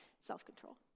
self-control